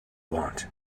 want